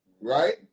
right